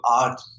art